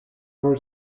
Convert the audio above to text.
her